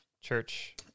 church